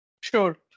sure